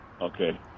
Okay